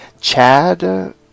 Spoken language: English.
Chad